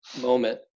moment